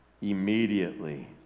immediately